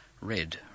Red